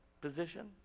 position